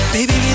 Baby